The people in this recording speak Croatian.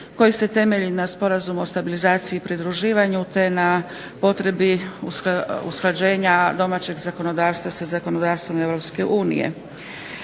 koji se temelji na Sporazumu o stabilizaciji i pridruživanju te na potrebi usklađenja domaćeg zakonodavstva sa zakonodavstvom EU.